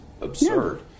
absurd